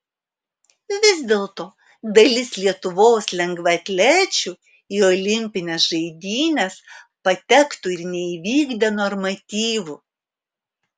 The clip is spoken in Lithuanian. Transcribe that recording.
vis dėlto dalis lietuvos lengvaatlečių į olimpines žaidynes patektų ir neįvykdę normatyvų